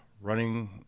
running